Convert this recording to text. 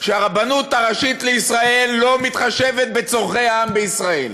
שהרבנות הראשית לישראל לא מתחשבת בצורכי העם בישראל,